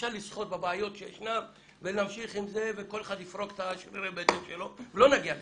אפשר לשחות בבעיות ולאפשר לכל אחד לפרוק ולא נגיע לתקנות.